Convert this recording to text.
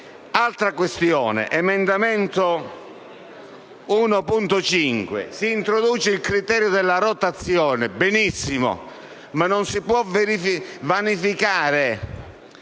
all'emendamento 1.5. Si introduce il criterio della rotazione; benissimo. Ma non si può vanificare